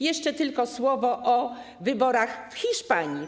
Jeszcze tylko słowo o wyborach w Hiszpanii.